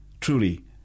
Truly